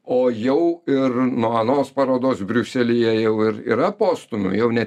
o jau ir nuo anos parodos briuselyje jau ir yra postūmių jau ne